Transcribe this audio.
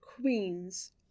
queens